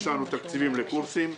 יש לנו תקציבים לקורסים.